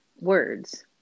words